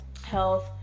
health